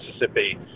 Mississippi